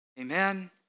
Amen